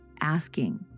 asking